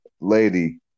Lady